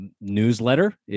newsletter